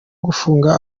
gufunga